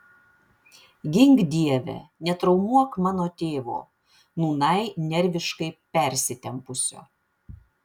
gink dieve netraumuok mano tėvo nūnai nerviškai persitempusio